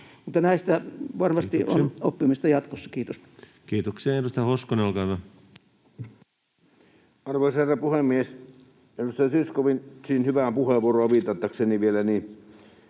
näistä varmasti on oppimista jatkossa. — Kiitos. Kiitoksia. — Edustaja Hoskonen, olkaa hyvä. Arvoisa herra puhemies! Edustaja Zyskowiczin hyvään puheenvuoroon viitatakseni vielä: On